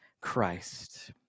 Christ